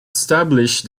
established